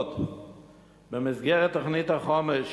במסגרת תוכנית החומש,